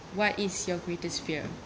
what is your greatest fear